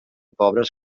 pobres